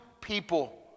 people